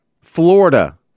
Florida